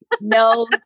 no